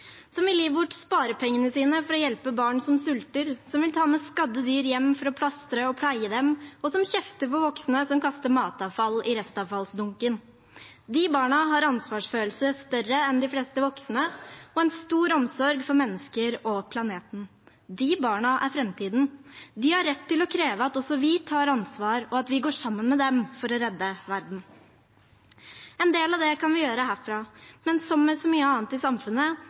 som vil gi bort sparepengene sine for å hjelpe barn som sulter, som vil ta med skadde dyr hjem for å plastre og pleie dem, og som kjefter på voksne som kaster matavfall i restavfallsdunken. De barna har ansvarsfølelse større enn de fleste voksne og en stor omsorg for mennesker og planeten. De barna er framtiden. De har rett til å kreve at også vi tar ansvar, og at vi går sammen med dem for å redde verden. En del av det kan vi gjøre herfra. Men som med så mye annet i samfunnet: